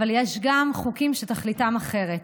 אבל יש גם חוקים שתכליתם אחרת,